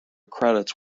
credits